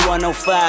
105